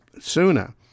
sooner